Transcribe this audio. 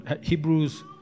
Hebrews